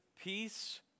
peace